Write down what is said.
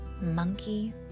Monkey